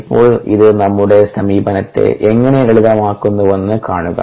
ഇപ്പോൾ ഇത് നമ്മുടെ സമീപനത്തെ എങ്ങനെ ലളിതമാക്കുന്നുവെന്ന് കാണുക